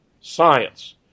Science